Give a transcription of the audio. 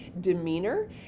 demeanor